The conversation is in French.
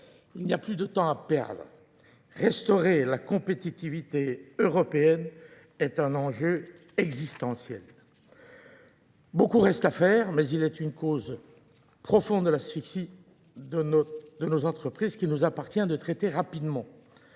il n'y a plus de temps à perdre. Restaurer la compétitivité européenne est un enjeu existentiel. Beaucoup reste à faire, mais il est une cause profonde de l'asphyxie de nos entreprises qui nous appartient de traiter rapidement.